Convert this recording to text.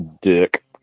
Dick